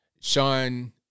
Sean